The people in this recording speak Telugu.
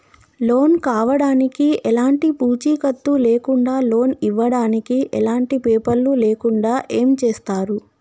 లోన్ కావడానికి ఎలాంటి పూచీకత్తు లేకుండా లోన్ ఇవ్వడానికి ఎలాంటి పేపర్లు లేకుండా ఏం చేస్తారు?